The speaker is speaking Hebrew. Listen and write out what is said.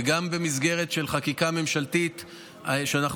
וגם במסגרת של חקיקה ממשלתית שאנחנו